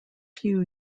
few